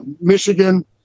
Michigan